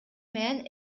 менен